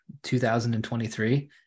2023